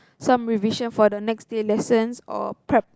some revision for the next day lessons or prep